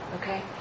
okay